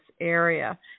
area